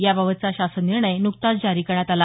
याबाबतचा शासन निर्णय न्कताच जारी करण्यात आला